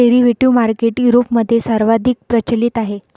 derivative market युरोपमध्ये सर्वाधिक प्रचलित आहे